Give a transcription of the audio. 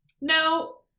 No